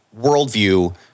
worldview